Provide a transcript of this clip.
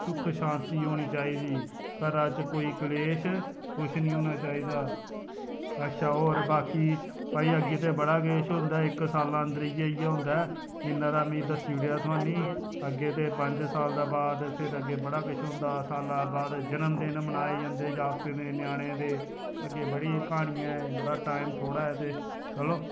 सुख शांति होनी चाहिदी घरा च कोई क्लेश कुछ निं होना चाहिदा अच्छा होर बाकी भई अग्गें ते बड़ा किश होंदा इक साला अंदर इ'यै इ'यै होंदा ऐ जि'न्ना हारा मीं दस्सी ओड़ेया थाहनूं अग्गें पंज साल दे बाद फिर अग्गें बड़ा किश होंदा साला बाद जन्म दिन मनाए जंदे जागतें दे ञ्यानें दे अग्गें बड़ी क्हानी ऐ बड़ा टाइम थोह्ड़ा ऐ ते चलो